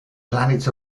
planets